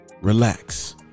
relax